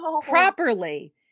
properly